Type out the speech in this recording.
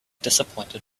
disappointed